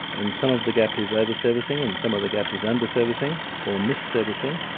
and some of the gap is over-servicing and some of the gap is under-servicing or mis-servicing.